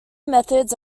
methods